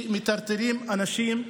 שמטרטרים אנשים,